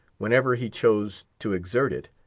whenever he chose to exert it,